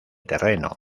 terreno